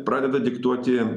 pradeda diktuoti